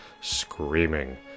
screaming